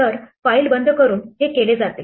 तर फाईल बंद करून हे केले जाते